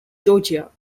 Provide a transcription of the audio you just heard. georgia